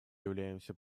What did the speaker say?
являемся